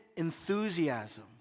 enthusiasm